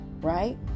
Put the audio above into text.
right